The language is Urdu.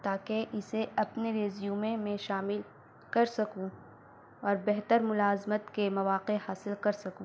تاکہ اسے اپنے ریزیومے میں شامل کر سکوں اور بہتر ملازمت کے مواقع حاصل کر سکوں